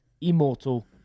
immortal